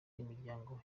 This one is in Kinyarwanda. n’imiryango